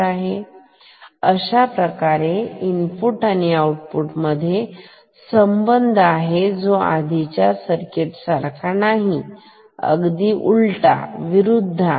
आहे प्रकारे इनपुट आणि आउटपुट मध्ये संबंध आहे जो आधीच्या सर्किट सारखा नाही अगदी उलट म्हणजे विरुद्ध आहे